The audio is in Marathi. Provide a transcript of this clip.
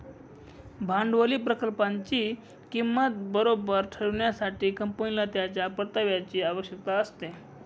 भांडवली प्रकल्पाची किंमत बरोबर ठरविण्यासाठी, कंपनीला त्याच्या परताव्याची आवश्यकता असते